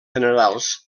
generals